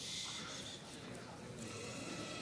זה